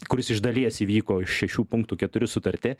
kuris iš dalies įvyko iš šešių punktų keturi sutarti